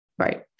Right